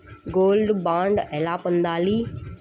Gold bond ఎలా పొందాలి?